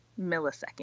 millisecond